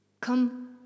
come